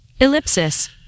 ellipsis